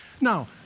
Now